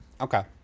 Okay